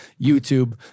YouTube